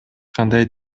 кандай